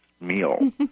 meal